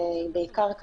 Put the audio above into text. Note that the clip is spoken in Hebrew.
בעיקר,